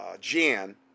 Jan